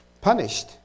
punished